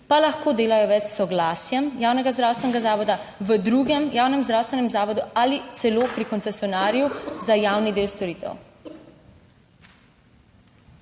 pa lahko delajo več s soglasjem javnega zdravstvenega zavoda v drugem javnem zdravstvenem zavodu ali celo pri koncesionarju za javni del storitev.